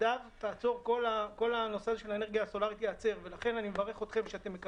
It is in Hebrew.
שבלעדיו ייעצר כל הנושא הזה של האנרגיה הסולארית.